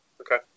Okay